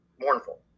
mournful